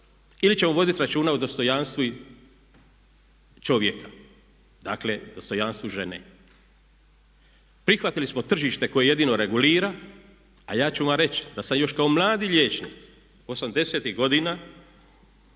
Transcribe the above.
ili ćemo voditi računa o dostojanstvu čovjeka, dakle dostojanstvu žene. Prihvatili smo tržište koje jedino regulira, a ja ću vam reći da sam još kao mladi liječnik '80-ih godina